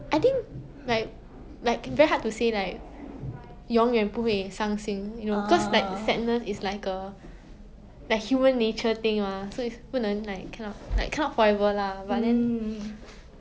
I think like like very hard to say like 永远不会伤心 you know cause like sadness is like a human nature thing mah so it's 不能 cannot like cannot forever lah but then